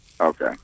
Okay